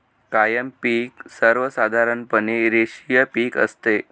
कायम पिक सर्वसाधारणपणे रेषीय पिक असते